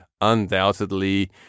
undoubtedly